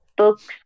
books